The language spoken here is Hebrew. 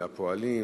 לפועלים,